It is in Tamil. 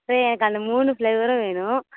இப்போ எனக்கு அந்த மூணு ஃபிளேவரும் வேணும்